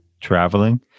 traveling